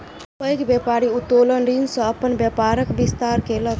पैघ व्यापारी उत्तोलन ऋण सॅ अपन व्यापारक विस्तार केलक